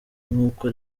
nkuko